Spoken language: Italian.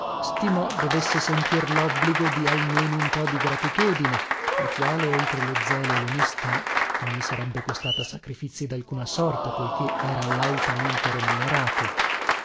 stimò dovesse sentir lobbligo di almeno un po di gratitudine la quale oltre lo zelo e lonestà non gli sarebbe costata sacrifizii dalcuna sorta poiché era lautamente remunerato